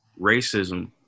racism